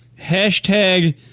Hashtag